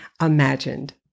imagined